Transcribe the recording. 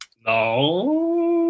No